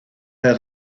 her